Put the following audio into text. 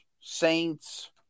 Saints